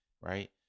right